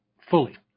fully